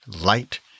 light